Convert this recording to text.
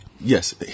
Yes